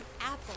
apple